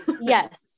Yes